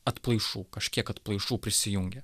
atplaišų kažkiek atplaišų prisijungė